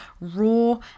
raw